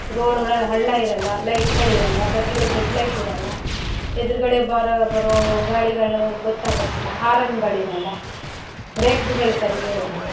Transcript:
ರೋಡ್ಗಳಲ್ಲಿ ಹಳ್ಳ ಇರಲ್ಲ ಲೈಟ್ಗಳಿರಲ್ಲ ಬಸ್ಗಳಿಗೆ ಹೆಡ್ಲೈಟ್ ಇರಲ್ಲ ಎದುರುಗಡೆ ಬರೋ ಬರೋ ಗಾಡಿಗಳು ಗೊತ್ತಾಗೋದಿಲ್ಲ ಹಾರನ್ಗಳಿರಲ್ಲ ಬ್ರೇಕ್ಗಳು ಸರಿಯೇ ಇರಲ್ಲ